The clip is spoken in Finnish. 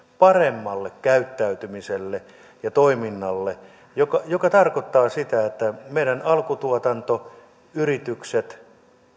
paremmalle käyttäytymiselle ja toiminnalle mikä tarkoittaa sitä että meidän alkutuotanto yritykset